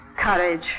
courage